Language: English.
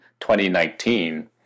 2019